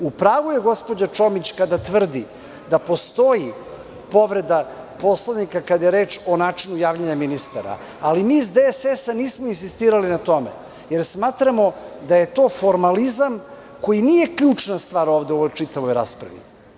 U pravu je gospođa Čomić kada tvrdi da postoji povreda Poslovnika kada je reč o načinu javljanja ministara, ali mi iz DSS nismo insistirali na tome, jer smatramo da je to formalizam koji nije ključna stvar ovde u čitavoj raspravi.